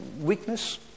weakness